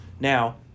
Now